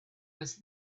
was